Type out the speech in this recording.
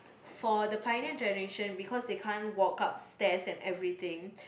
for the primate generation because they can't walk up stares and everything